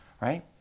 right